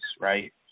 right